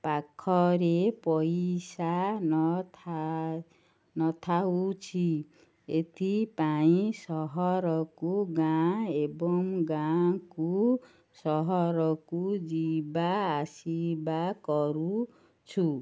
ପାଖରେ ପଇସା ନଥା ନ ଥାଉଛି ଏଥିପାଇଁ ସହରକୁ ଗାଁ ଏବଂ ଗାଁକୁ ସହରକୁ ଯିବା ଆସିବା କରୁଛୁ